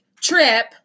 trip